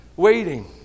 waiting